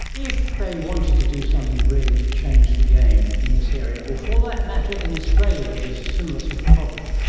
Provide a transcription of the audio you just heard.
if they wanted to do something really to change the game in this area, or for that matter in australia where there is a similar sort of problem,